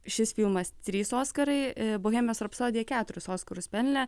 šis filmas trys oskarai bohemijos rapsodija keturis oskarus pelnė